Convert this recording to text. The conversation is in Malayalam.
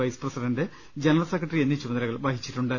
വൈസ് പ്രസിഡന്റ് ജനറൽ സെക്രട്ടറി എന്നീ ചുമതലകൾ വഹിച്ചിട്ടുണ്ട്